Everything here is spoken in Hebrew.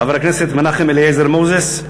חבר הכנסת מנחם אליעזר מוזס.